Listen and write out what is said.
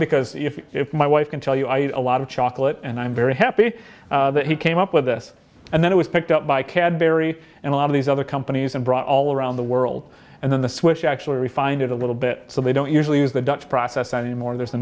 because if my wife can tell you i a lot of chocolate and i'm very happy that he came up with this and then it was picked up by cadbury and a lot of these other companies and brought all around the world and then the switch actually refined it a little bit so they don't usually use the dutch process anymore there's a